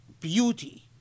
beauty